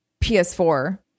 PS4